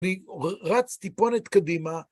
ורץ טיפונת קדימה.